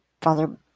Father